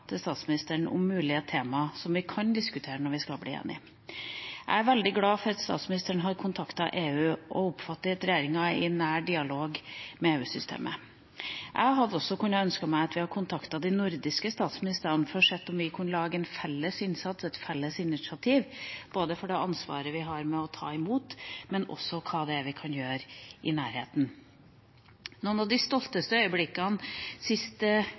til statsministeren om mulige tema som vi kan diskutere når vi skal bli enige. Jeg er veldig glad for at statsministeren har kontaktet EU og oppfatter at regjeringa er i nær dialog med EU-systemet. Jeg kunne også ønske meg at vi hadde kontaktet de nordiske statsministrene for å få sett om vi kunne lage en felles innsats, et felles initiativ, for det ansvaret vi har for å ta imot, men også for hva det er vi kan gjøre i nærheten. Noen av de stolteste øyeblikkene